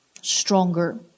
stronger